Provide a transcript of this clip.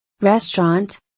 Restaurant